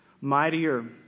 Mightier